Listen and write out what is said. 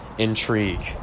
intrigue